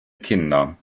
kinder